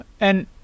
and-